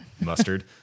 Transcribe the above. mustard